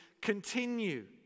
continue